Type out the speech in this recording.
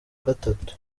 gatatu